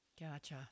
Gotcha